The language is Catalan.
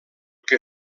que